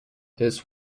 his